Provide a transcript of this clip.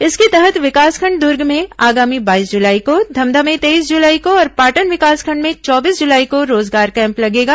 इसके तहत विकासखंड दुर्ग में आगामी बाईस जुलाई को धमधा में तेईस जुलाई को और पाटन विकासखंड में चौबीस जुलाई को रोजगार कैम्प लगेगा